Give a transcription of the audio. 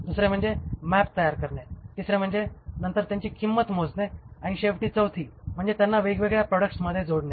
दुसरे म्हणजे मॅप तयार करणे तिसरे म्हणजे नंतर त्यांची किंमत मोजणे आणि शेवटी चौथी म्हणजे त्यांना वेगवेगळ्या प्रॉडक्ट्समध्ये जोडणे